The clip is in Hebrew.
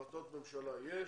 החלטות ממשלה יש,